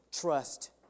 trust